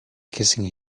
kissing